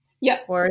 Yes